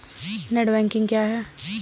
Net banking क्या है?